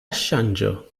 ŝanĝo